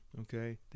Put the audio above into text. Okay